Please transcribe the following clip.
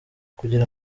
kugira